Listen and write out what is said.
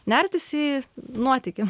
nertis į nuotykį